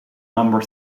number